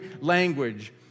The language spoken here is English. language